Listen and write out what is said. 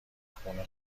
خونه